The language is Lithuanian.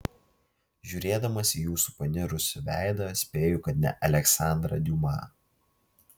žiūrėdamas į jūsų paniurusį veidą spėju kad ne aleksandrą diuma